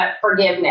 forgiveness